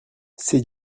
ces